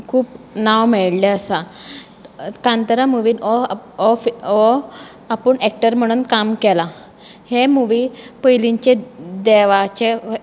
खूब नांव मेळ्ळें आसा कांतारा मुवीन ओ ओ फी ओ आपूण एक्टर म्हणून काम केलां हे मुवी पयलींचे देवाचे